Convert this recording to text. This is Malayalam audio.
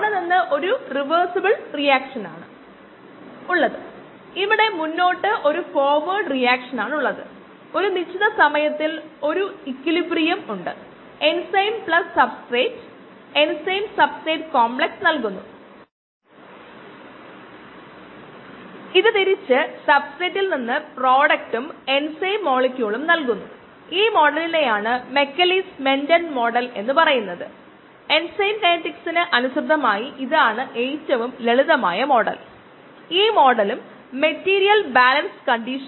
നമ്മൾ അവിടെ നിന്ന് പോയിന്റുകൾ തിരഞ്ഞെടുക്കുകയാണെങ്കിൽ ഡാറ്റ ശേഖരണത്തിലെ പിശകുകൾ നേരിട്ട് കൈമാറ്റം ചെയ്യപ്പെടുകയും വലുതാക്കുകയും ചെയ്യും